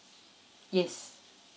yes